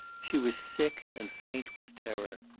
she was sick and faint with terror.